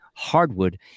Hardwood